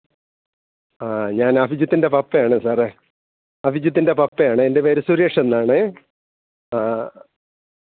ആ ഞാനഭിജിത്തിൻ്റെ പപ്പയാണ് സാറേ അഭിജിത്തിൻ്റെ പപ്പയാണെൻ്റെ പേര് സുരേഷെന്നാണേ ആ